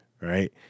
right